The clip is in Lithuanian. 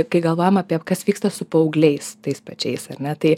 kai galvojame apie kas vyksta su paaugliais tais pačiais ar ne tai